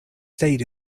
stayed